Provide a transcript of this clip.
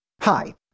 Hi